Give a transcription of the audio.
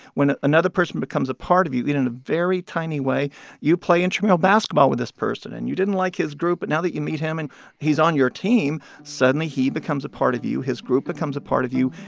when another person becomes a part of you even in a very tiny way you play intermural basketball with this person, and you didn't like his group. but now that you meet him and he's on your team, suddenly he becomes a part of you. his group becomes a part of you,